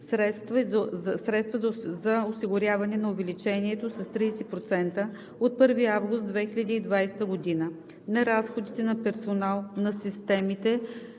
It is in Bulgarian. средства за осигуряване на увеличението с 30% от 1 август 2020 г. на разходите на персонал на системите